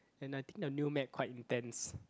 and I think the new map quite intense